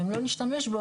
ואם לא נשתמש בו,